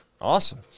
awesome